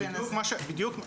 זה בדיוק,